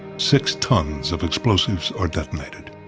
six tons of explosives are detonated.